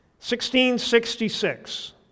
1666